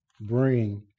bring